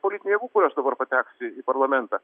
politinių jėgų kurios dabar patekusios į parlamentą